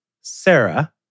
Sarah